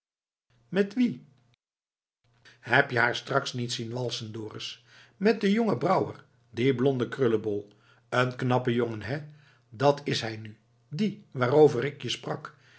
met wien heb je haar straks niet zien walsen dorus met den jongen brouwer dien blonden krullebol n knappe jongen hé dat is hij nu die waarover ik je sprak